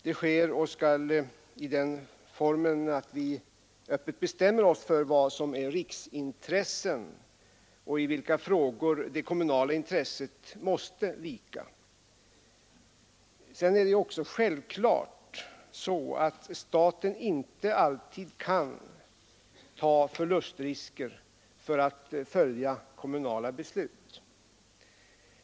Det sker och skall ske i den formen att vi öppet bestämmer oss för vad som är riksintressen och i vilka frågor det kommunala intresset måste vika. Sedan är det ju också självklart så att staten inte alltid kan ta förlustrisker för att följa kommunala beslut.